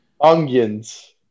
Onions